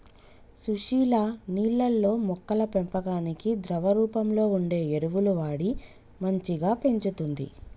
సుశీల నీళ్లల్లో మొక్కల పెంపకానికి ద్రవ రూపంలో వుండే ఎరువులు వాడి మంచిగ పెంచుతంది